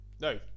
No